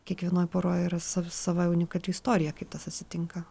kiekvienoj poroj yra sav sava unikali istorija kaip tas atsitinka